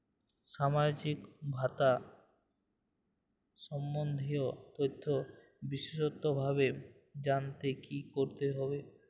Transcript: সামাজিক ভাতা সম্বন্ধীয় তথ্য বিষদভাবে জানতে কী করতে হবে?